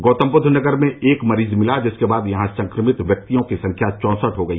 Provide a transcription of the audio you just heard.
गौतमबुद्ध नगर में एक मरीज मिला जिसके बाद यहां संक्रमित व्यक्तियों की संख्या चौंसठ हो गई